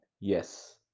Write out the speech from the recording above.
yes